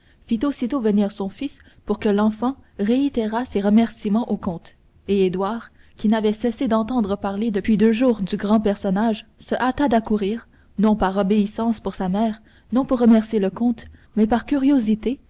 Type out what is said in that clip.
fit aussitôt venir son fils pour que l'enfant réitérât ses remerciements au comte et édouard qui n'avait cessé d'entendre parler depuis deux jours du grand personnage se hâta d'accourir non par obéissance pour sa mère non pour remercier le comte mais par curiosité